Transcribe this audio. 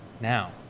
now